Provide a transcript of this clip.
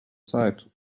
site